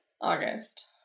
August